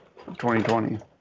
2020